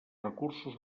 recursos